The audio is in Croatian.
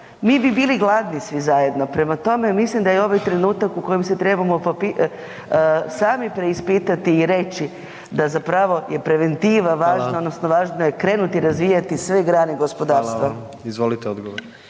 mi bi bili gladni svi zajedno. Prema tome mislim da je ovaj trenutak u kojem se trebamo sami preispitati i reći da je preventiva važna odnosno važno je krenuti razvijati sve grane gospodarstva. **Jandroković, Gordan